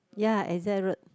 ya exact road